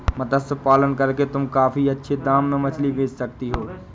मत्स्य पालन करके तुम काफी अच्छे दाम में मछली बेच सकती हो